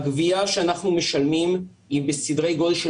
הגבייה שאנחנו משלמים היא בסדרי גודל של